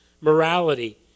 morality